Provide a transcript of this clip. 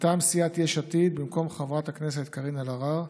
מטעם סיעת יש עתיד, במקום חברת הכנסת קארין אלהרר